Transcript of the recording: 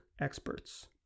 experts